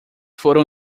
foram